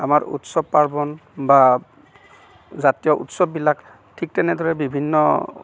আমাৰ উৎসৱ পাৰ্বণ বা জাতীয় উৎসৱবিলাক ঠিক তেনেদৰে বিভিন্ন